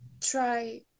try